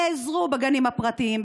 נעזרו בגנים הפרטיים,